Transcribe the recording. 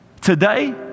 Today